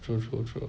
true true true